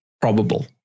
probable